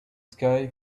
sky